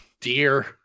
dear